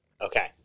Okay